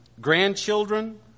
grandchildren